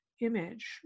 image